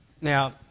Now